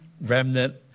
remnant